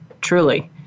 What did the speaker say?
Truly